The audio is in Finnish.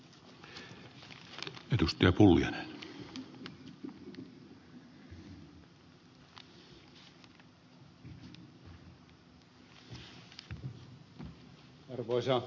arvoisa puhemies